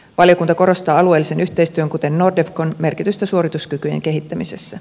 valiokunta korostaa alueellisen yhteistyön kuten nordefcon merkitystä suorituskykyjen kehittämisessä